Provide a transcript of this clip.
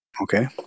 Okay